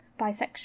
bisexual